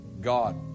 God